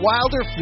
Wilder